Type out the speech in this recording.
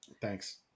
thanks